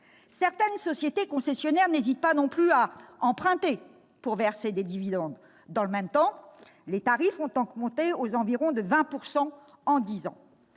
Certaines sociétés concessionnaires n'hésitent pas non plus à emprunter pour verser des dividendes. Dans le même temps, les tarifs ont augmenté de 20 % environ en dix ans.